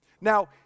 Now